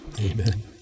Amen